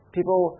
People